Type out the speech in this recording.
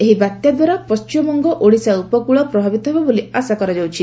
ଏହି ବାତ୍ୟା ଦ୍ୱାରା ପଣ୍ଟିମବଙ୍ଗ ଓଡ଼ିଶା ଉପକୂଳ ପ୍ରଭାବିତ ହେବ ବୋଲି ଆଶା କରାଯାଉଛି